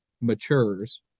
matures